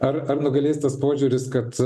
ar ar nugalės tas požiūris kad